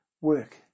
work